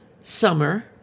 summer